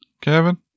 Kevin